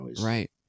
Right